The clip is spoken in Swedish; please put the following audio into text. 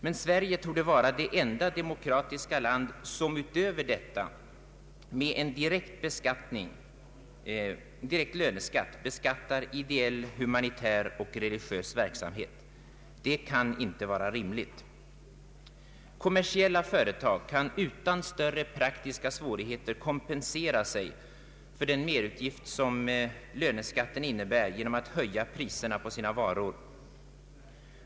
Men Sverige torde vara det enda demokratiska land som utöver detta med en direkt löneskatt beskatttar ideell, humanitär och religiös verksamhet. Det kan inte vara rimligt! Kommersiella företag kan utan större praktiska svårigheter kompensera sig för den merutgift som löneskatten innebär genom att höja priserna på sina varor.